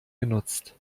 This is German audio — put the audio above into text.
genutzt